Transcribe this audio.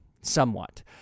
somewhat